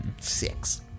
Six